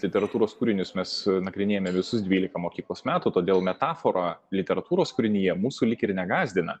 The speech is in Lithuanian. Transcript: literatūros kūrinius mes nagrinėjame visus dvylika mokyklos metų todėl metafora literatūros kūrinyje mūsų lyg ir negąsdina